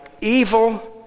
evil